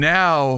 now